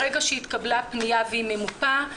ברגע שהתקבלה פנייה והיא ממופה,